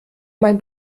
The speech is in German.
mein